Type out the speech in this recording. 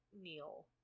Neil